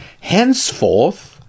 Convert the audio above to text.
Henceforth